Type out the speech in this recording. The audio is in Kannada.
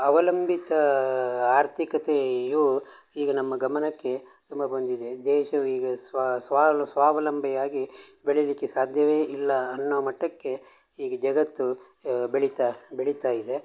ಅವಲಂಬಿತ ಆರ್ಥಿಕತೆಯು ಈಗ ನಮ್ಮ ಗಮನಕ್ಕೆ ತುಂಬ ಬಂದಿದೆ ದೇಶವೀಗ ಸ್ವಾವಲಂಬಿಯಾಗಿ ಬೆಳೀಲಿಕ್ಕೆ ಸಾಧ್ಯವೇ ಇಲ್ಲ ಅನ್ನೋ ಮಟ್ಟಕ್ಕೆ ಈಗ ಜಗತ್ತು ಬೆಳೀತಾ ಬೆಳೀತಾ ಇದೆ